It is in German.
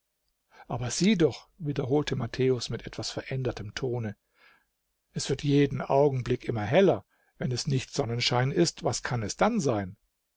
aber sieh doch wiederholte matthäus mit etwas verändertem tone es wird jeden augenblick immer heller wenn es nicht sonnenschein ist was kann es dann sein